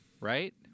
right